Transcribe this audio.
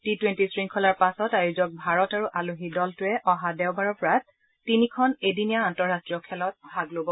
T twenty শৃংখলাৰ পাছত আয়োজক ভাৰত আৰু আলহী দলটোৱে অহা দেওবাৰৰ পৰা তিনিখন এদিনীয়া আন্তঃৰাষ্ট্ৰীয় খেলত ভাগ ল'ব